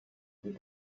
with